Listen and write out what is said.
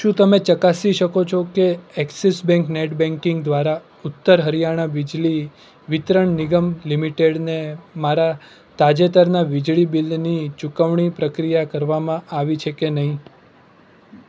શું તમે ચકાસી શકો છો કે એક્સિસ બેંક નેટ બેન્કિંગ દ્વારા ઉત્તર હરિયાણા બિજલી વિતરણ નિગમ લિમિટેડને મારા તાજેતરના વીજળી બિલની ચુકવણી પ્રક્રિયા કરવામાં આવી છે કે નહીં